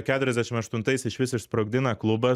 keturiasdešimt aštuntais išvis išsprogdina klubą